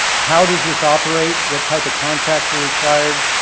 how does this operate what type of contracts are required